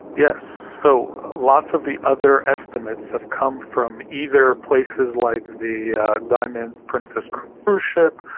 yes. so lots of the other estimates have come from either places like the diamond princess cruise ship,